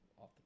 off